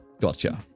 Gotcha